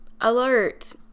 alert